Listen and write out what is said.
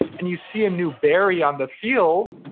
and you see a new berry on the field,